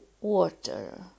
water